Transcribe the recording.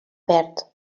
verd